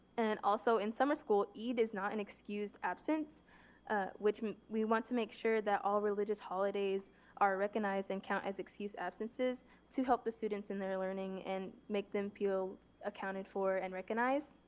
and also in summer school eid is not an excused absence and we want to make sure that all religious holidays are recognized and counted as excused absences to help the students in their learning and make them feel accounted for and recognized.